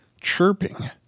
chirping